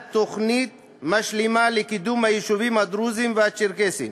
תוכנית משלימה לקידום היישובים הדרוזיים והצ'רקסיים.